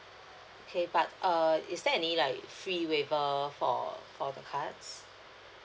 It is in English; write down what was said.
K but err is there any like free waiver for for the cards